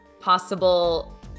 Possible